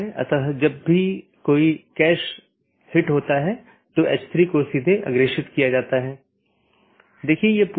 अगर जानकारी में कोई परिवर्तन होता है या रीचचबिलिटी की जानकारी को अपडेट करते हैं तो अपडेट संदेश में साथियों के बीच इसका आदान प्रदान होता है